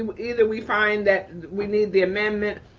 either, we find that we need the amendment,